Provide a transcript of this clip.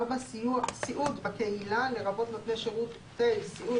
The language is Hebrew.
(4) סיעוד בקהילה לרבות נותני שירותי סיעוד